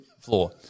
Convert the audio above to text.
floor